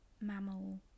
mammal